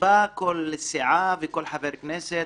שבה כל סיעה וכל חבר כנסת